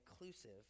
inclusive